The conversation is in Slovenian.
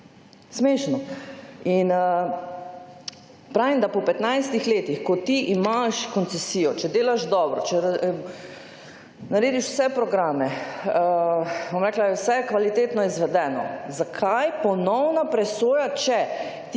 Smešno. In pravim, da po 15 letih, ko ti imaš koncesijo, če delaš dobro, če narediš vse programe, bom rekla, vse je kvalitetno izvedeno, zakaj ponovna presoja, če